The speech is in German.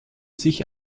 sich